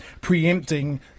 preempting